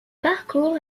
parcours